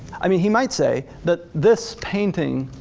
i mean he might say that this painting,